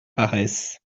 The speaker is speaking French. paresse